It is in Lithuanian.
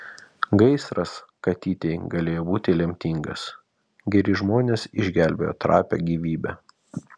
gaisras katytei galėjo būti lemtingas geri žmonės išgelbėjo trapią gyvybę